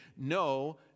no